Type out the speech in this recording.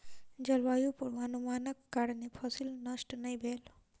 जलवायु पूर्वानुमानक कारणेँ फसिल नष्ट नै भेल